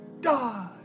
Die